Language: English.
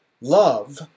love